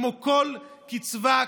כמו כל קצבה,